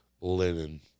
linen